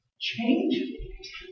change